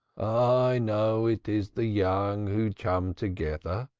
i know it is the young who chum together,